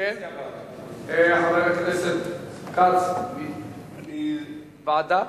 חבר הכנסת כץ, ועדה?